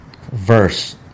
verse